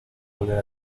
volver